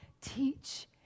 teach